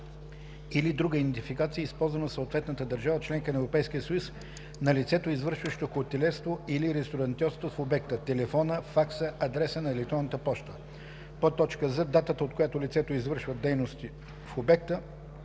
или друга идентификация, използвана в съответната държава – членка на Европейския съюз, на лицето, извършващо хотелиерство или ресторантьорство в обекта, телефона, факса, адреса на електронната поща; з) датата, от която лицето извършва дейността в обекта;